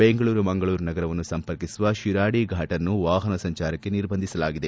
ಬೆಂಗಳೂರು ಮಂಗಳೂರು ನಗರವನ್ನು ಸಂಪರ್ಕಿಸುವ ಶಿರಾಡಿ ಫಾಟ್ ಅನ್ನು ವಾಹನ ಸಂಜಾರಕ್ಕೆ ನಿರ್ಬಂಧಿಸಲಾಗಿದೆ